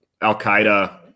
Al-Qaeda